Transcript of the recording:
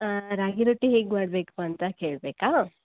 ರಾಗಿ ರೊಟ್ಟಿ ಹೇಗೆ ಮಾಡ್ಬೇಕು ಅಂತ ಹೇಳಬೇಕಾ